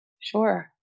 Sure